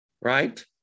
right